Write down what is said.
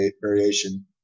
variation